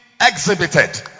exhibited